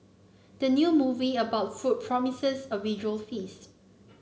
the new movie about food promises a visual feast